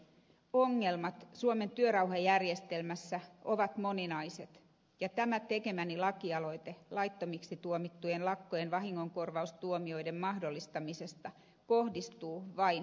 ongelmat suomen työrauhajärjestelmässä ovat moninaiset ja tämä tekemäni lakialoite laittomiksi tuomittujen lakkojen vahingonkorvaustuomioiden mahdollistamisesta kohdistuu vain ongelmavuoren huippuun